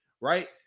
right